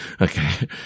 Okay